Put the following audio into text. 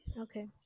Okay